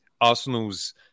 Arsenal's